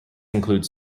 include